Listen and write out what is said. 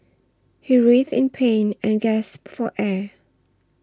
he writhed in pain and gasped for air